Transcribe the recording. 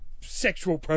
sexual